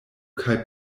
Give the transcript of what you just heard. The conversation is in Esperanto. kaj